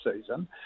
season